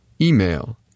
Email